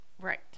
Right